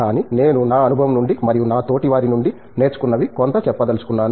కానీ నేను నా అనుభవం నుండి మరియు నా తోటివారి నుండి నేర్చుకున్నవి కొంత చెప్పదలచుకున్నాను